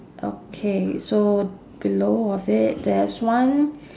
okay so below of it there's one